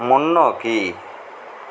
முன்னோக்கி